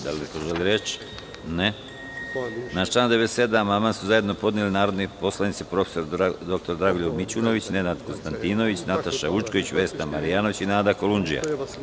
Da li neko želi reč? (Ne) Na član 97. amandman su zajedno podneli narodni poslanici prof. dr Dragoljub Mićunović, Nenad Konstantinović, Nataša Vučković, Vesna Marjanović i Nada Kolundžija.